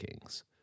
Kings